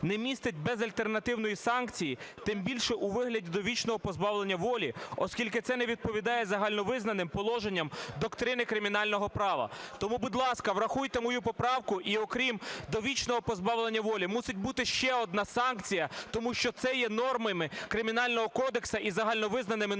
не містить безальтернативної санкції, тим більше у вигляді довічного позбавлення волі, оскільки це не відповідає загальновизнаним положенням доктрини кримінального права. Тому, будь ласка, врахуйте мою поправку і окрім довічного позбавлення волі мусить бути ще одна санкція, тому що це є нормами Кримінального кодексу і загальновизнаними нормами